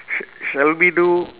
sh~ shall we do